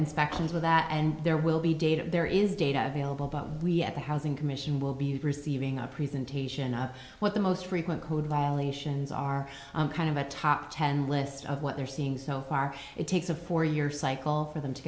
inspections with that and there will be data there is data available but we at the housing commission will be receiving a presentation of what the most frequent code violations are kind of a top ten list of what they're seeing so far it takes a four year cycle for them to